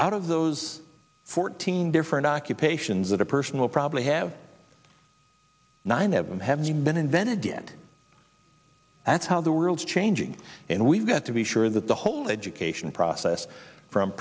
out of those fourteen different occupations that a person will probably have nine of them haven't even been invented yet that's how the world's changing and we've got to be sure that the whole education process from